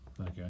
Okay